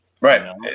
Right